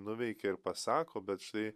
nuveikia ir pasako bet štai